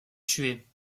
tuer